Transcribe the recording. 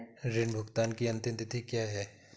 ऋण भुगतान की अंतिम तिथि क्या है?